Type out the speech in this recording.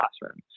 classroom